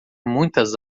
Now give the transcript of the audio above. muitas